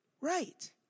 Right